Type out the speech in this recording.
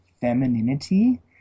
femininity